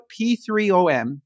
P3OM